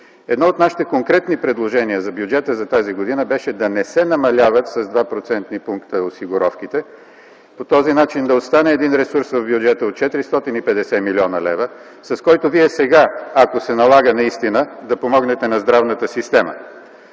Едно от нашите конкретни предложения за бюджета за тази година беше да не се намаляват с 2-процентни пункта осигуровките. По този начин да остане един ресурс в бюджета от 450 млн. лв., с който вие сега, ако се налага наистина, да помогнете на здравната система.